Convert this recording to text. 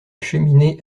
cheminée